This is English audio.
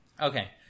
Okay